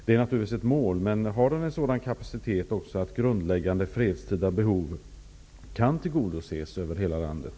Det är naturligtvis ett mål, men jag undrar om elnätet har en sådan kapacitet att grundläggande fredstida behov kan tillgodoses över hela landet.